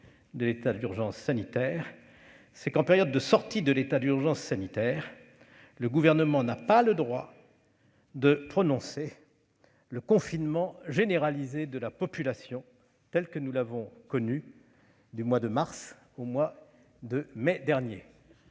de l'état d'urgence sanitaire, c'est que, dans la deuxième hypothèse, le Gouvernement n'a pas le droit de prononcer le confinement généralisé de la population tel que nous l'avons connu du mois de mars au mois de mai. Encore